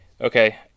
Okay